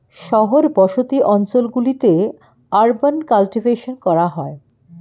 শহর বসতি অঞ্চল গুলিতে আরবান কাল্টিভেশন করা হয়